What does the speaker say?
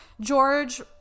George